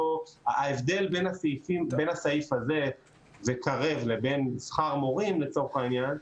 ההבדל בין הסעיף הזה וקרב לבין שכר מורים לצורך העניין,